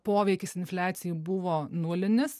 poveikis infliacijai buvo nulinis